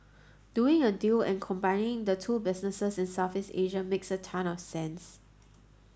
doing a deal and combining the two businesses in Southeast Asia makes a ton of sense